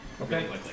Okay